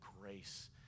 grace